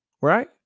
Right